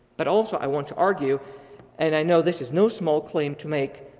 but also i want to argue and i know this is no small claim to make,